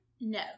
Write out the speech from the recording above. no